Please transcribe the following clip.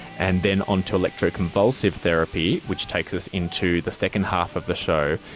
and then on to electro-convulsive therapy which takes us into the second half of the show.